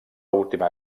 última